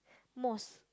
mosque